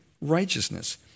righteousness